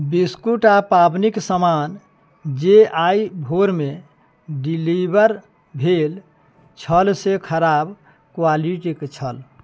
biscuit आ पाबनिक सामान जे आइ भोरमे डिलीवर भेल छल से खराब क्वालिटीके छल